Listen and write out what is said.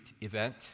event